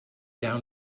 down